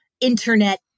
internet